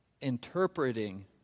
interpreting